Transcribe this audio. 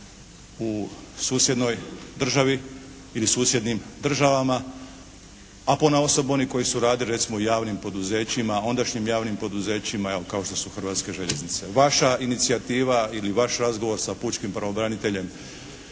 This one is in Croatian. u susjednoj državi ili susjednim državama, a ponaosob oni koji su radili recimo u javnim poduzećima, ondašnjim javnim poduzećima kao što su Hrvatske željeznice. Vaša inicijativa ili vaš razgovor sa pučkim pravobraniteljem